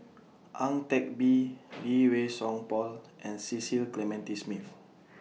Ang Teck Bee Lee Wei Song Paul and Cecil Clementi Smith